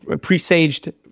presaged